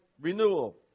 renewal